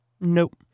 Nope